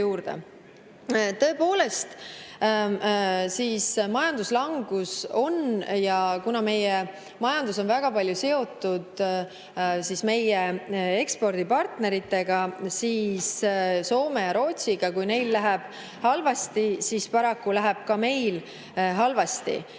Tõepoolest, majanduslangus on. Meie majandus on väga palju seotud meie ekspordipartneritega, Soome ja Rootsiga, ja kui neil läheb halvasti, siis paraku läheb ka meil halvasti.